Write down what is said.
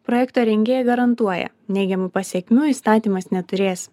projekto rengėjai garantuoja neigiamų pasekmių įstatymas neturės